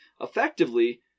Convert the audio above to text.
effectively